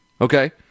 Okay